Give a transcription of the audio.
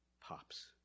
pops